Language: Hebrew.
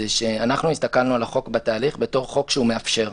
זה שהסתכלנו על החוק בתהליך בתור חוק שמאפשר.